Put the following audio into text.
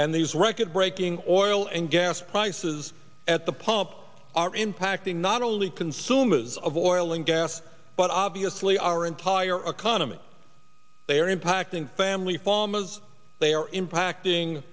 and these record breaking or oil and gas prices at the pump are impacting not only consumers of oil and gas but obviously our entire economy they are impacting family farmers they are impacting